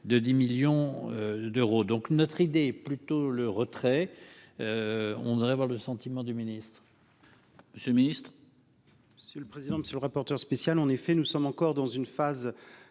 de 10 millions d'euros, donc notre idée plutôt le retrait, on devrait avoir le sentiment du ministre. Monsieur le Ministre. Monsieur le président, monsieur le rapporteur spécial, en effet, nous sommes encore dans une phase